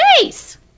face